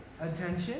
attention